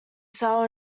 sell